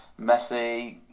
Messi